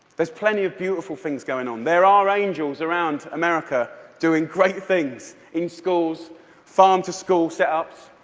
there is plenty of beautiful things going on. there are angels around america doing great things in schools farm-to-school set-ups,